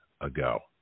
ago